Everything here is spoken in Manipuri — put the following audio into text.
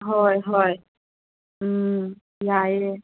ꯍꯣꯏ ꯍꯣꯏ ꯎꯝ ꯌꯥꯏꯑꯦ